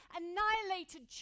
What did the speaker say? annihilated